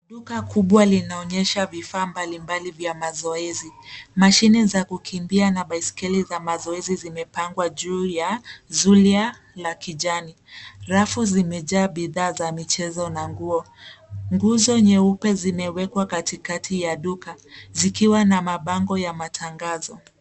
Duka kubwa linaonyesha vifaa mbalimbali vya mazoezi. Mashine za kukimbia na baiskeli za mazoezi zimepangwa juu ya zulia la kijani. Rafu zimejaa bidhaa za michezo na nguo. Nguzo nyeupe zimewekwa katikati ya duka, zikiwa na mabango ya matangazo.